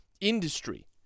industry